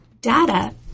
Data